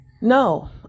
no